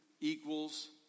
equals